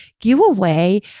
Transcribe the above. giveaway